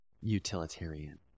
utilitarian